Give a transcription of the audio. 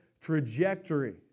trajectory